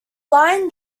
line